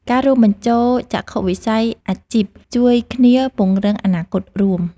ការរួមបញ្ចូលចក្ខុវិស័យអាជីពជួយគ្នាពង្រឹងអនាគតរួម។